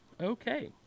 Okay